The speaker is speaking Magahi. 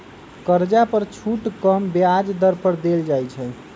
कर्जा पर छुट कम ब्याज दर पर देल जाइ छइ